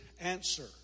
answer